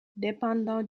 dépendant